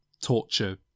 torture